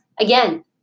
again